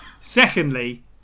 secondly